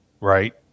right